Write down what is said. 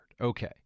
Okay